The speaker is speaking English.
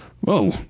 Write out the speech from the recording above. Whoa